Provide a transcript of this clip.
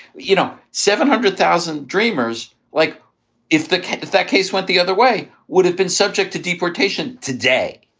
you know. seven hundred thousand dreamers, like if the if that case went the other way would have been subject to deportation today.